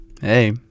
hey